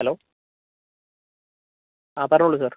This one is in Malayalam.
ഹലോ ആ പറഞ്ഞോളൂ സാർ